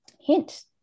hint